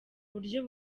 buryo